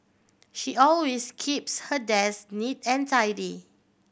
she always keeps her desk neat and tidy